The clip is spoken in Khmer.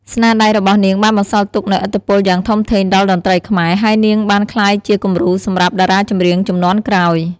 ស្នាដៃរបស់នាងបានបន្សល់ទុកនូវឥទ្ធិពលយ៉ាងធំធេងដល់តន្ត្រីខ្មែរ ហើយនាងបានក្លាយជាគំរូសម្រាប់តារាចម្រៀងជំនាន់ក្រោយ។